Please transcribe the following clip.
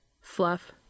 Fluff